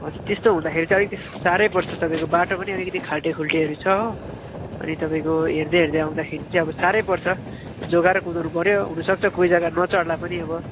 हजुर त्यस्तो हुँदाखेरि चाहिँ अलिकति साह्रै पर्छ तपाईँको बाटो पनि अलिकति खाल्टेखुल्टेहरू छ हो अनि तपाईँको हेर्दै हेर्दै आउँदाखेरि चाहिँ अब साह्रै पर्छ जोगाएर कुरोहरू गऱ्यो हुनसक्छ कोही जग्गा नचढ्ला पनि अब